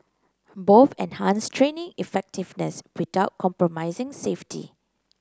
both enhanced training effectiveness without compromising safety